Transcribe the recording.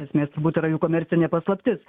esmės turbūt yra jų komercinė paslaptis